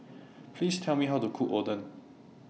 Please Tell Me How to Cook Oden